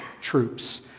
troops